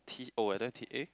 T_O and then T_A